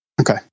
Okay